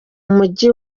mujyi